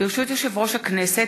ברשות יושב-ראש הכנסת,